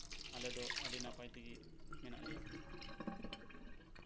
ᱟᱞᱮ ᱫᱚ ᱟᱹᱰᱤ ᱱᱟᱯᱟᱭ ᱛᱮᱜᱮ ᱢᱮᱱᱟᱜ ᱞᱮᱭᱟ